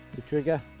the trigger,